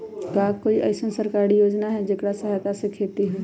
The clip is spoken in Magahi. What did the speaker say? का कोई अईसन सरकारी योजना है जेकरा सहायता से खेती होय?